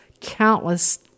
countless